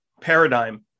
paradigm